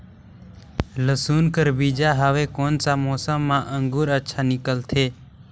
लसुन कर बीजा हवे कोन सा मौसम मां अंकुर अच्छा निकलथे?